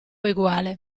eguale